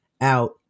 out